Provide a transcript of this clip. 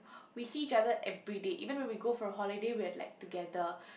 we see each other everyday even when we go for a holiday we are like together